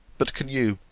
but can you,